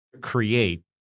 create